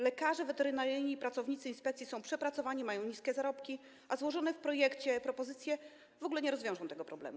Lekarze weterynarii, pracownicy inspekcji są przepracowani, mają niskie zarobki, a złożone w projekcie propozycje w ogóle nie rozwiążą tego problemu.